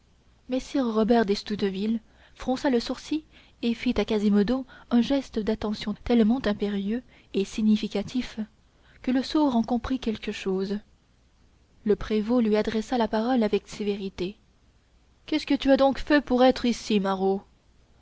messire robert d'estouteville fronça le sourcil et fit à quasimodo un geste d'attention tellement impérieux et significatif que le sourd en comprit quelque chose le prévôt lui adressa la parole avec sévérité qu'est-ce que tu as donc fait pour être ici maraud